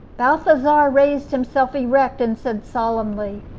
balthasar raised himself erect, and said, solemnly,